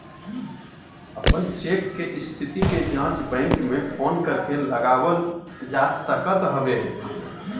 अपन चेक के स्थिति के जाँच बैंक में फोन करके लगावल जा सकत हवे